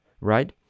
right